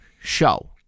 Show